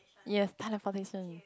yes teleportation